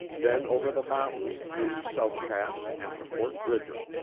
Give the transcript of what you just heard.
then over the mountains through south pass and to fort bridger.